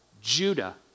Judah